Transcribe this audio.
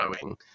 growing